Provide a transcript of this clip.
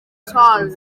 sol